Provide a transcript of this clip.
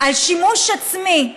על שימוש עצמי,